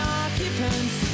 occupants